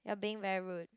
you're being very rude